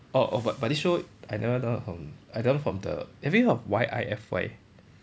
orh but but this show I never download from I download from the have you heard of the Y I F Y